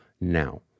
now